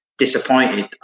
Disappointed